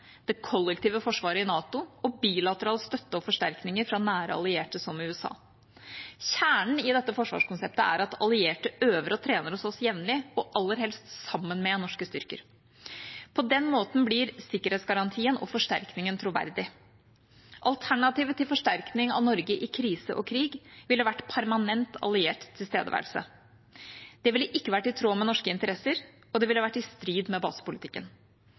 det kollektive forsvaret i NATO og bilateral støtte og forsterkninger fra nære allierte som USA. Kjernen i dette forsvarskonseptet er at allierte øver og trener hos oss jevnlig, og aller helst sammen med norske styrker. På den måten blir sikkerhetsgarantien og forsterkningen troverdig. Alternativet til forsterkning av Norge i krise og krig ville vært permanent, alliert tilstedeværelse. Det ville ikke vært i tråd med norske interesser, og det ville vært i strid med basepolitikken.